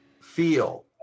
feel